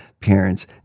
parents